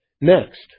Next